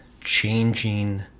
changing